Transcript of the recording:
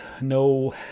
no